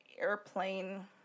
airplane